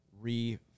re-